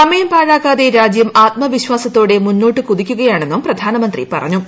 സമയം പാഴാക്കാതെ രാജ്യം ആത്മവ്യീജ്ചാ്സത്തോടെ മുന്നോട്ട് കുതിക്കുകയാണെന്നും പ്രധാന്റ്മന്ത്രി പറഞ്ഞു